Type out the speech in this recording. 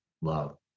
love